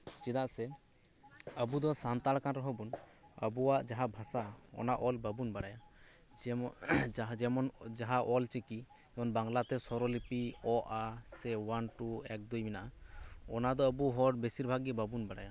ᱪᱮᱫᱟᱜ ᱥᱮ ᱟᱵᱩᱫᱚ ᱥᱟᱱᱛᱟᱲ ᱠᱟᱱᱨᱮᱦᱚᱸ ᱵᱩ ᱟᱵᱩᱣᱟᱜ ᱡᱟᱦᱟᱸ ᱵᱷᱟᱥᱟ ᱚᱱᱟᱫᱚ ᱚᱞ ᱵᱟᱵᱩᱱ ᱵᱟᱲᱟᱭᱟᱡᱮᱢᱚᱱ ᱡᱟᱦᱟᱸ ᱚᱞ ᱪᱤᱠᱤ ᱡᱮᱢᱚᱱ ᱵᱟᱝᱞᱟᱛᱮ ᱥᱚᱨᱚᱞᱤᱯᱤ ᱚ ᱟ ᱥᱮ ᱚᱣᱟᱱ ᱴᱩ ᱮᱠ ᱫᱩᱭ ᱢᱮᱱᱟᱜ ᱟ ᱚᱱᱟᱫᱚ ᱟᱵᱩ ᱦᱚᱲ ᱵᱮᱥᱤᱨ ᱵᱷᱟᱜ ᱜᱤ ᱵᱟᱵᱩᱱ ᱵᱟᱲᱟᱭᱟ